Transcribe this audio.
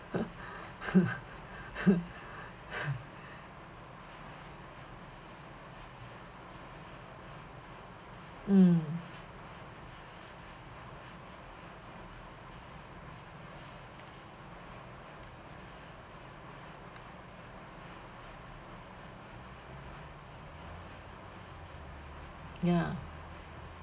mm ya